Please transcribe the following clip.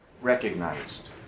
recognized